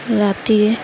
ৰাতি